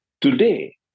Today